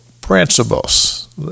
principles